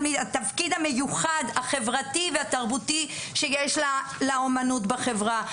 מהתפקיד המיוחד החברתי והתרבותי שיש לאמנות בחברה.